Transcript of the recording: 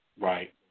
Right